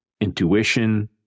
intuition